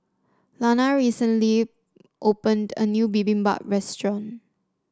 Lana recently opened a new Bibimbap Restaurant